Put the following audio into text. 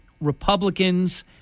Republicans